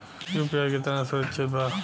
UPI कितना सुरक्षित बा?